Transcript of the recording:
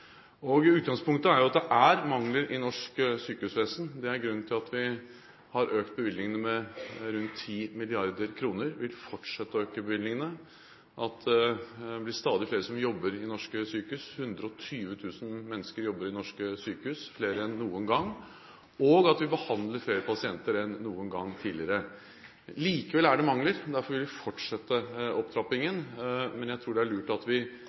Utgangspunktet er at det er mangler i norsk sykehusvesen. Det er grunnen til at vi har økt bevilgningene med rundt 10 mrd. kr og vil fortsette å øke bevilgningene. Grunnen er også at det blir stadig flere som jobber i norske sykehus – 120 000 mennesker jobber i norske sykehus, flere enn noen gang – og at vi behandler flere pasienter enn noen gang tidligere. Likevel er det mangler. Derfor vil vi fortsette opptrappingen. Men jeg tror det er lurt at vi